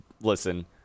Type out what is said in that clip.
Listen